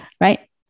Right